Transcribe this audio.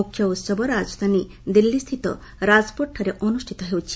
ମୁଖ୍ୟ ଉତ୍ସବ ରାଜଧାନୀ ଦିଲ୍ଲୀସ୍ଥିତ ରାଜପଥଠାରେ ଅନୁଷ୍ଠିତ ହେଉଛି